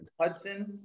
Hudson